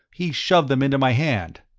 he shoved them into my hand.